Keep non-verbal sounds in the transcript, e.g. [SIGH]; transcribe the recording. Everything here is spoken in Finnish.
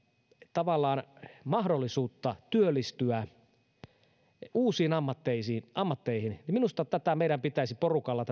tavallaan mahdollisuutta työllistyä uusiin ammatteihin ammatteihin niin minusta tätä oppisopimustyökalua meidän pitäisi porukalla [UNINTELLIGIBLE]